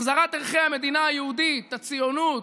החזרת ערכי המדינה היהודית: הציונות,